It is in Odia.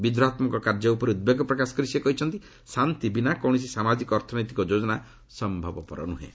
ବିଦ୍ରୋହାତ୍ମକ କାର୍ଯ୍ୟ ଉପରେ ଉଦ୍ବେଗ ପ୍ରକାଶ କରି ସେ କହିଛନ୍ତି ଶାନ୍ତି ବିନା କୌଣସି ସାମାଜିକ ଅର୍ଥନୈତିକ ଯୋଜନା ସମ୍ଭବ ନୁହେଁ